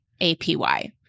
APY